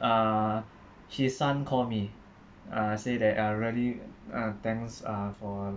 uh his son called me uh he say that uh really uh thanks uh for